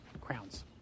Crowns